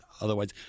otherwise